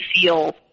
feel